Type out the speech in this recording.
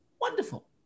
wonderful